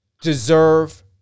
deserve